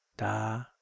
Da